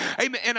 Amen